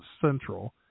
Central